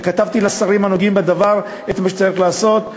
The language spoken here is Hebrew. וכתבתי לשרים הנוגעים בדבר מה צריך לעשות.